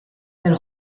del